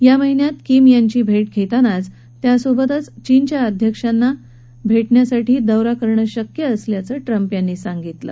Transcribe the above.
या महिन्यात किम यांची भेट घेतानाच त्यासोबत चीनच्या अध्यक्षांच्या भेटीसाठी दौरा करणं शक्य असल्याचं ट्रंप यांनी सांगितलं